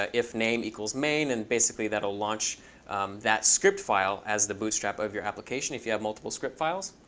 ah if name equals main. and, basically, that will launch that script file as the bootstrap of your application if you have multiple script files.